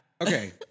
Okay